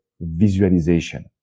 visualization